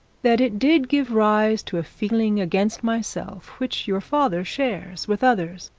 that it did give rise to a feeling against myself which your father shares with others.